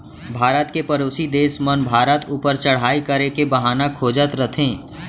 भारत के परोसी देस मन भारत ऊपर चढ़ाई करे के बहाना खोजत रथें